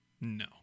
No